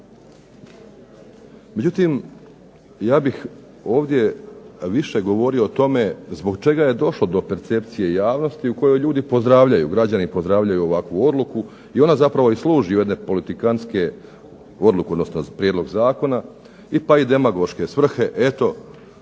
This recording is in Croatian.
Međutim ja bih ovdje više govorio o tome zbog čega je došlo do percepcije javnosti u kojoj ljudi pozdravljaju, građani pozdravljaju ovakvu odluku i ona zapravo i služi jedne politikantske, odluku, odnosno prijedlog zakona, i pa i demagoške svrhe, eto